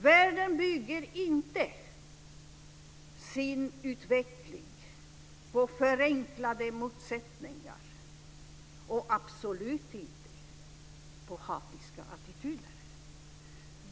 Världen bygger inte sin utveckling på förenklade motsättningar och absolut inte på hatiska attityder.